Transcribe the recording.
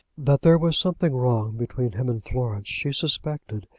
that there was something wrong between him and florence she suspected,